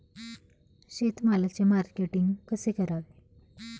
शेतमालाचे मार्केटिंग कसे करावे?